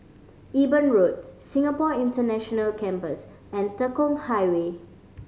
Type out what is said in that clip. Eben Road Singapore International Campus and Tekong Highway